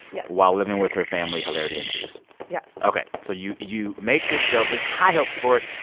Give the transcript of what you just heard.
yes. while living with her family. hilarity ensues yes ok. so you you make this show. there's high hopes for it.